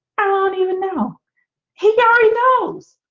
i don't even know he already knows